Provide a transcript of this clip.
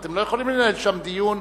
אתם לא יכולים לנהל שם דיון,